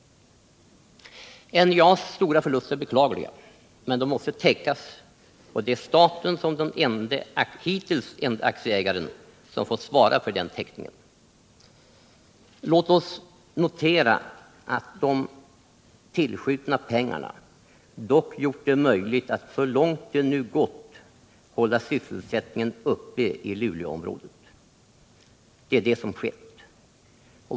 NJA:s stora förluster är beklagliga, men de måste täckas. Det är staten som den hittills enda aktieägaren som får svara för täckningen. Låt oss notera att de tillskjutna pengarna dock gjort det möjligt att så långt det nu gått hålla sysselsättningen uppe i Luleåområdet. Det är det som skett.